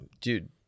Dude